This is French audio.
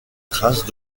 trace